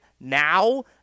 now